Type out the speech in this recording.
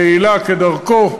יעילה, כדרכו,